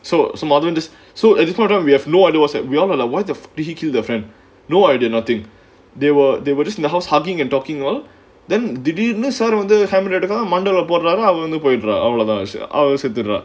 so so madhavan just so educated on we have no idea what's app we all know why did he kill the friend no idea nothing they were they were just in the house hugging and talking all then திடீர்னு:thideernu sir வந்து:vanthu hammer எடுக்குறாராம் மண்டைல போடுறான் உள்ள போயி அவ்ளோதான் அவ செத்துறா:edukkuraaraam mandaila poduran ulla poi avlothaan ava seththurraa